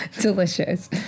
delicious